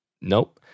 Nope